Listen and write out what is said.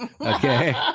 Okay